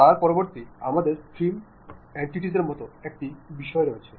তার পরিবর্তে আমাদের ট্রিম সত্তার মতো একটি বিষয় রয়েছে